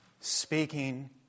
speaking